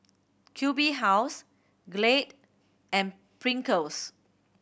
Q B House Glade and Pringles